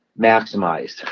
maximized